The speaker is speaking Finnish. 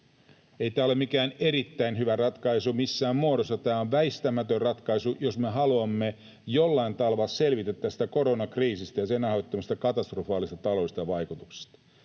Ei tämä ole mikään erittäin hyvä ratkaisu missään muodossa. Tämä on väistämätön ratkaisu, jos me haluamme jollain tavalla selvitä tästä koronakriisistä ja sen aiheuttamista katastrofaalisista taloudellisista vaikutuksista.